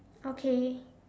okay